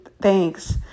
Thanks